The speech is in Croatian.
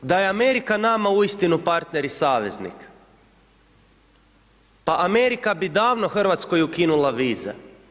Da je Amerika nama uistinu partner i saveznik, pa Amerika bi davno RH-oj ukinula vize.